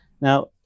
Now